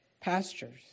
pastures